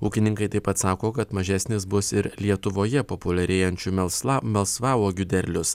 ūkininkai taip pat sako kad mažesnis bus ir lietuvoje populiarėjančių melsla melsvauogių derlius